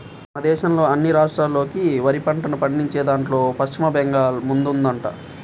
మన దేశంలోని అన్ని రాష్ట్రాల్లోకి వరి పంటను పండించేదాన్లో పశ్చిమ బెంగాల్ ముందుందంట